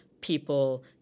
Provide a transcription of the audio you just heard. people